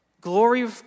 glory